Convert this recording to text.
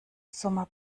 sommer